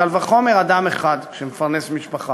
קל וחומר אדם אחד שמפרנס משפחה,